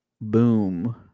boom